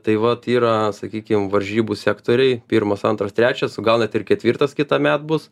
tai vat yra sakykim varžybų sektoriai pirmas antras trečias gal net ir ketvirtas kitąmet bus